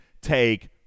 take